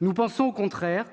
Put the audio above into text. nous pensons au contraire